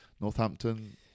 Northampton